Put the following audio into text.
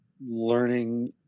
learning